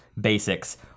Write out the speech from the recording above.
basics